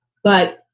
but,